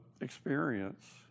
experience